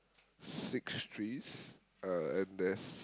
six trees uh and there's